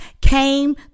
came